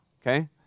okay